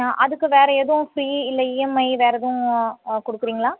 அதுக்கு வேறு எதுவும் ஃப்ரீ இல்லை இஎம்ஐ வேறு எதுவும் கொடுக்குறிங்களா